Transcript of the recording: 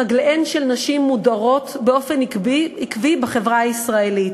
רגליהן של נשים מודרות באופן עקבי בחברה הישראלית.